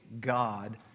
God